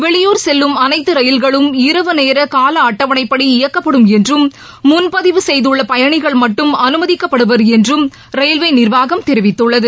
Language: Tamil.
வெளியூர் செல்லும் அனைத்து ரயில்களும் இரவு நேரகால அட்டவணைப்படி இயக்கப்படும் என்றும் முன்பதிவு செய்துள்ள பயணிகள் மட்டும் அனுமதிக்கப்படுவர் என்றும் ரயில்வே நிர்வாகம் தெரிவித்துள்ளது